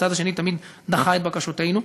הצד השני תמיד דחה את בקשותינו,